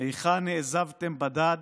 איכה נעזבתם בדד,